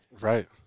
right